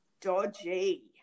Dodgy